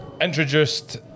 introduced